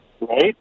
Right